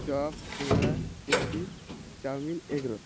chop সিঙড়া পেঁয়াজি chowmein egg role